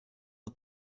the